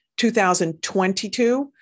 2022